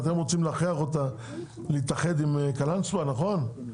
אתם רוצים להכריח אותה להתאחד עם קלאנסווה נכון?